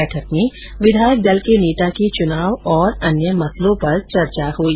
बैठक में विधायक दल के नेता के चुनाव और अन्य मसलों पर चर्चा हुई